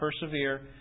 persevere